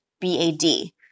B-A-D